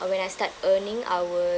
uh when I start earning I will